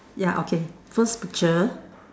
ya okay first picture